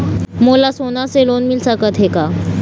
मोला सोना से लोन मिल सकत हे का?